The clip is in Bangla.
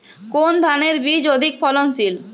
কোন ধানের বীজ অধিক ফলনশীল?